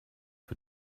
für